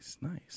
nice